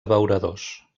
abeuradors